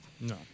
No